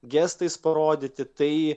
gestais parodyti tai